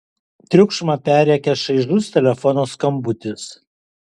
triukšmą perrėkia šaižus telefono skambutis